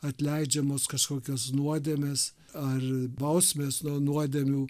atleidžiamos kažkokios nuodėmės ar bausmės nuo nuodėmių